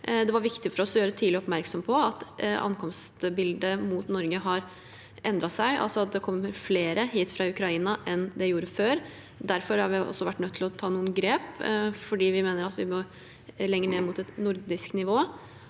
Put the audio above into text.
Det var viktig for oss å gjøre tidlig oppmerksom på at ankomstbildet mot Norge har endret seg, altså at det kommer flere hit fra Ukraina enn det gjorde før. Derfor har vi også vært nødt til å ta noen grep, for vi mener vi må lenger ned mot et nordisk nivå.